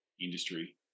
industry